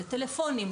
לטלפונים,